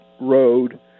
road